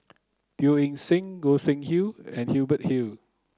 Teo Eng Seng Goi Seng Hui and Hubert Hill